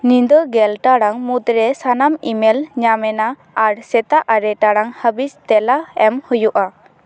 ᱧᱤᱫᱟᱹ ᱜᱮᱞ ᱴᱟᱲᱟᱝ ᱢᱩᱫᱽᱨᱮ ᱥᱟᱱᱟᱢ ᱤᱢᱮᱞ ᱧᱟᱢᱮᱱᱟ ᱟᱨ ᱥᱮᱛᱟᱜ ᱟᱨᱮ ᱴᱟᱲᱟᱝ ᱦᱟᱺᱵᱤᱡ ᱛᱮᱞᱟ ᱮᱢ ᱦᱩᱭᱩᱜᱼᱟ